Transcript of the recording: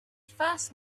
first